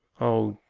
oh,